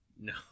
No